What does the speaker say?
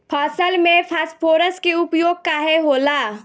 फसल में फास्फोरस के उपयोग काहे होला?